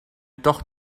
doch